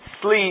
sleep